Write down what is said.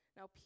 Now